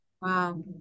Wow